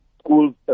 schools